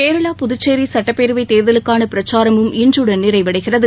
கேரளா புதுச்சேரி சட்டப்பேரவைத் தேர்தலுக்கான பிரச்சாரமும் இன்றுடன் நிறைவடைகிறது